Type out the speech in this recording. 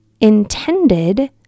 intended